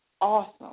awesome